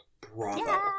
bravo